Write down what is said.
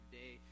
day